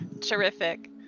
Terrific